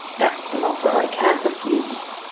that's an offer i can't refuse!